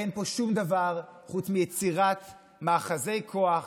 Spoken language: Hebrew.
אין פה שום דבר חוץ מיצירת מאחזי כוח